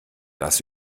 das